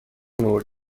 نور